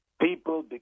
People